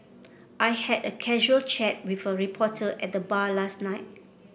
I had a casual chat with a reporter at the bar last night